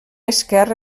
esquerra